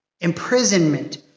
imprisonment